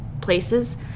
places